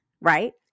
right